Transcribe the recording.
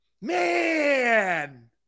Man